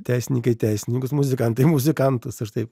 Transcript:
teisininkai teisininkus muzikantai muzikantus aš taip